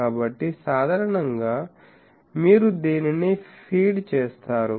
కాబట్టి సాధారణంగా మీరు దీనిని ఫీడ్ చేస్తారు